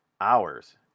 hours